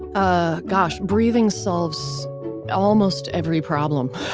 ah, gosh, breathing solves almost every problem.